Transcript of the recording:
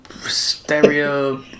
stereo